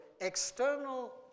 external